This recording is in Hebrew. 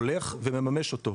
הולך ומממש אותו.